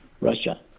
Russia